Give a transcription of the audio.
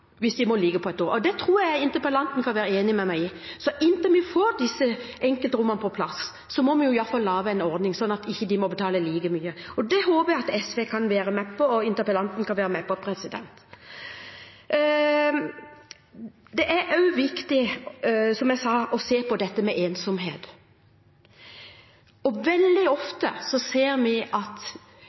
hvis de må ligge på et dobbeltrom, og det tror jeg interpellanten kan være enig med meg i. Så inntil vi får disse enkeltrommene på plass, må vi iallfall lage en ordning sånn at de ikke må betale like mye, og det håper jeg at SV og interpellanten kan være med på. Det er også viktig, som jeg sa, å se på dette med ensomhet. Veldig ofte ser vi at